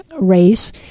race